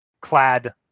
clad